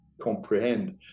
comprehend